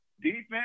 Defense